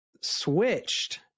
switched